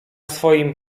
swoim